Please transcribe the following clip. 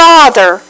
Father